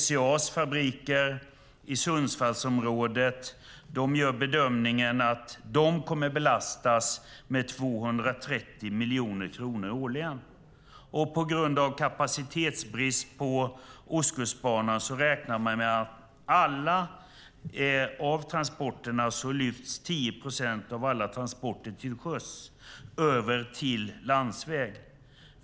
SCA:s fabriker i Sundsvallsområdet gör bedömningen att de kommer att belastas med 230 miljoner kronor årligen. På grund av kapacitetsbrist på Ostkustbanan räknar man med att 10 procent av alla transporter till sjöss lyfts över till landsväg.